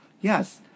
Yes